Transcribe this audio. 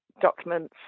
documents